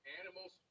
animals